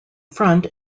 front